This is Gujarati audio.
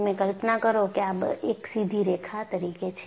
તમે કલ્પના કરો કે આ એક સીધી રેખા તરીકે છે